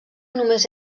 només